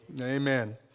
Amen